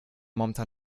momentan